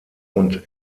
und